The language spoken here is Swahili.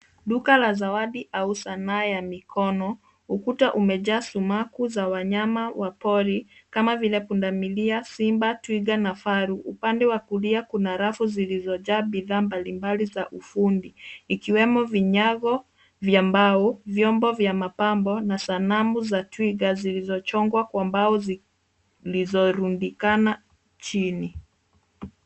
Duka la zawadi au sanaa ya mikono, ukuta umejaa sumaku za wanyama wa pori kama vile punda milia simba, twiga na faru, upande wa kulia kuna rafu zilizojaa bidhaa mbalimbali za ufundi, ikiwemo vinyago vya mbao, vyombo vya mapambo na sanamu za twiga zilizochongwa kwa mbao zilizorundikana chini.